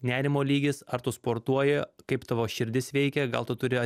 nerimo lygis ar tu sportuoji kaip tavo širdis veikia gal tu turi